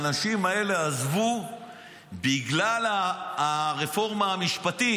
שהאנשים האלה עזבו בגלל הרפורמה המשפטית.